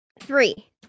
Three